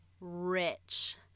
rich